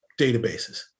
databases